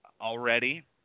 already